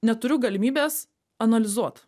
neturiu galimybės analizuot